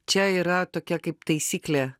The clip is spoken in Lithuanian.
čia yra tokia kaip taisyklė